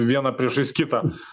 viena priešais kitą